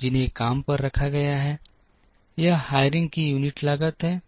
जिन्हें काम पर रखा गया है यह हायरिंग की यूनिट लागत है